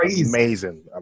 amazing